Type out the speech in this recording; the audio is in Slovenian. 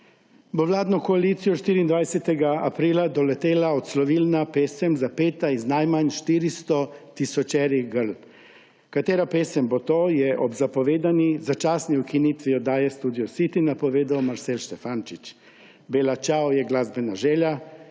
bo vladno koalicijo 24. aprila doletela odslovilna pesen, zapeta iz najmanj 400 tisočerih grl. Katera pesem bo to, je ob zapovedani začasni ukinitvi oddaje Studio City napovedal Marcel Štefančič; Bella ciao je glasbena želja,